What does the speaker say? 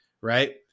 Right